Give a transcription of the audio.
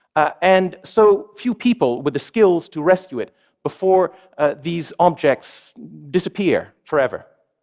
and so few people with the skills to rescue it before these objects disappear forever.